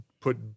put